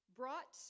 brought